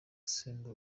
usenya